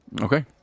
Okay